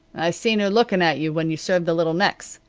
i seen her lookin' at you when you served the little necks,